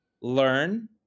learn